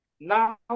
now